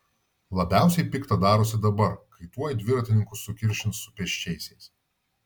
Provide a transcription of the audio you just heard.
labiausiai pikta darosi dabar kai tuoj dviratininkus sukiršins su pėsčiaisiais